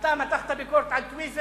אתה מתחת ביקורת על טוויזר,